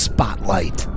Spotlight